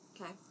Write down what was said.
Okay